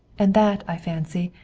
and that, i fancy,